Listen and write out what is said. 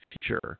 future